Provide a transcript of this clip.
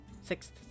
sixth